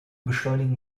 beschleunigen